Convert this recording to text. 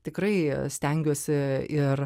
tikrai stengiuosi ir